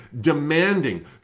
demanding